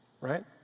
right